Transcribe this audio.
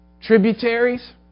tributaries